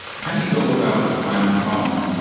how do you go about defining a problem?